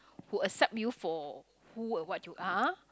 who accept you for who and what you are